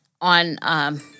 on